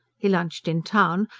he lunched in town,